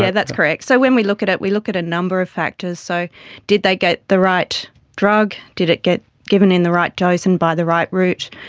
yeah that's correct. so when we look at it, we look at a number of factors. so did they get the right drugs, did it get given in the right dose and buy the right route,